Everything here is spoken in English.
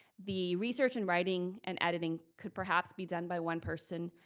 the research and writing and editing could perhaps be done by one person,